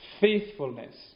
faithfulness